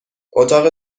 اتاق